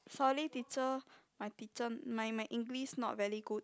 holy teacher my teacher my my English not very good